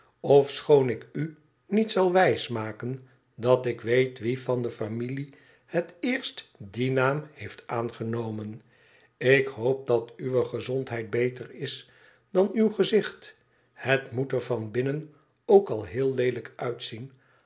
ofschoon ik u niet zal wijsmaken dat ik weet wie van de familie het eerst dien naam heeft aan genomen ik hoop dat uwe gezondheid beter is dan uw gezicht het moet er van binnen ook al heel leelijk uitzien